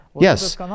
Yes